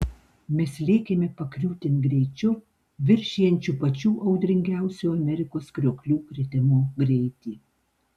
mes lėkėme pakriūtėn greičiu viršijančiu pačių audringiausių amerikos krioklių kritimo greitį